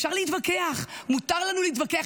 אפשר להתווכח, מותר לנו להתווכח.